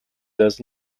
does